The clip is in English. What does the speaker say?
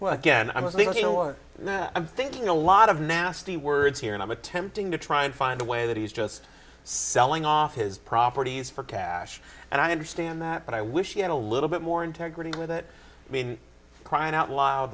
well again i was thinking or i'm thinking a lot of nasty words here and i'm attempting to try and find a way that he's just selling off his properties for cash and i understand that but i wish he had a little bit more integrity with it i mean crying out loud